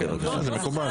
זה מקובל.